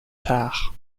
tard